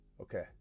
Okay